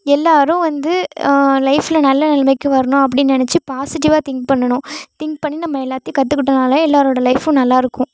எல்லோரும் வந்து லைஃபில் நல்ல நிலமைக்கு வரணும் அப்படின்னு நெனைச்சி பாசிட்டிவாக திங்க் பண்ணணும் திங்க் பண்ணி நம்ம எல்லாத்தையும் கத்துக்கிட்டோம்னாலே எல்லாரோடய லைஃபும் நல்லாயிருக்கும்